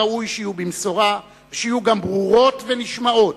ראוי שיהיו במשורה ושיהיו גם ברורות ונשמעות.